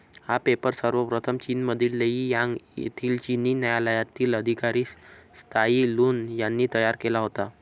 हा पेपर सर्वप्रथम चीनमधील लेई यांग येथील चिनी न्यायालयातील अधिकारी त्साई लुन यांनी तयार केला होता